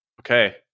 Okay